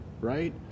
right